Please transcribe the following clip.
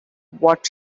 what